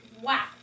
wow